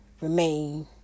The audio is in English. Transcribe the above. remain